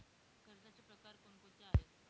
कर्जाचे प्रकार कोणकोणते आहेत?